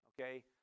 Okay